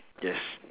yes